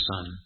Son